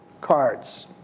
cards